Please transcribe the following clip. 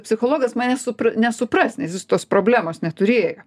psichologas manęs supr nesupras nes jis tos problemos neturėjo